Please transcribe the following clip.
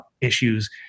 issues